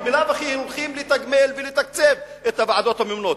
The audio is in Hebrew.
כי בלאו הכי הולכים לתקצב ולתגמל את הוועדות הממונות.